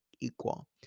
equal